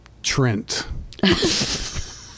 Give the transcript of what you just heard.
Trent